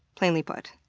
plainly put.